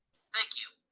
thank you.